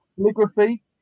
Calligraphy